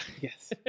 Yes